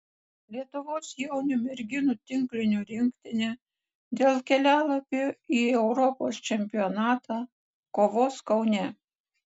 lietuvos jaunių merginų tinklinio rinktinė dėl kelialapio į europos čempionatą kovos kaune